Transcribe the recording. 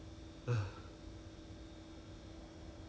不懂 leh I think this year can forget about it already lah